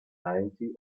ninety